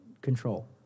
control